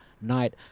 night